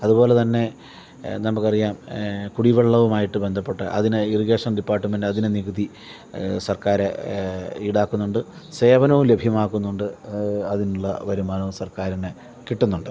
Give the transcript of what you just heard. അതുപോലെത്തന്നെ നമുക്കറിയാം കുടിവെള്ളവുമായിട്ട് ബന്ധപ്പെട്ട അതിനെ ഇറിഗേഷൻ ഡിപ്പാട്ട്മെൻറ്റ് അതിന് നികുതി സർക്കാർ ഈടാക്കുന്നുണ്ട് സേവനവും ലഭ്യമാക്കുന്നുണ്ട് അതിനുള്ള വരുമാനവും സർക്കാരിന് കിട്ടുന്നുണ്ട്